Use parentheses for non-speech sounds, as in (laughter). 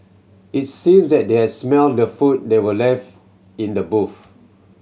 it seemed that they had smelt the food that were left in the (unintelligible)